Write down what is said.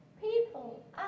people